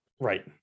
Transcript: Right